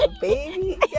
Baby